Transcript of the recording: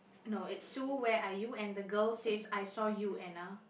no it's Sue where are you and the girl says I saw you Anna